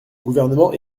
gouvernement